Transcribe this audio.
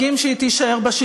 איזה חינוך קיבלת בבית של